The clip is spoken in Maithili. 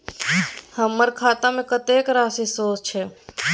हमर खाता में कतेक राशि शेस छै?